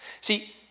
See